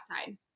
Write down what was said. outside